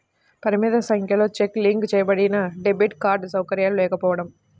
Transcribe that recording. పరిమిత సంఖ్యలో check link చేయబడినడెబిట్ కార్డ్ సౌకర్యాలు లేకపోవడం